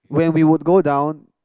where we would go down